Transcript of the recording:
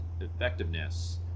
effectiveness